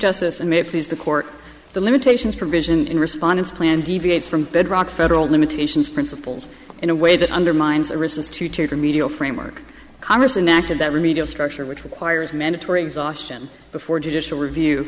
justice and may please the court the limitations provision in response plan deviates from bedrock federal limitations principles in a way that undermines a response to to remedial framework congress enacted that remedial structure which requires mandatory exhaustion before judicial review